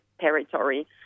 territory